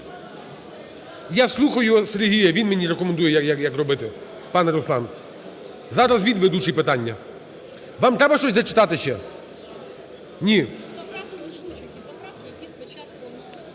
Я слухаю Сергія, він мені рекомендує, як робити, пане Руслан. Зараз він ведучий питання. Вам треба щось зачитати ще? Ні.